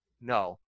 No